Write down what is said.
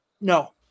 No